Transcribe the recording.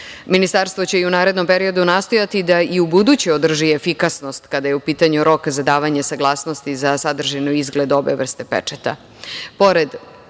Ministarstvo će i u narednom periodu nastojati da i ubuduće održi efikasnost, kada je u pitanju rok za davanje saglasnosti za sadržinu i izgled obe vrste pečata.